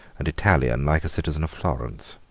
and italian like a citizen of florence.